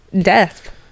death